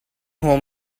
home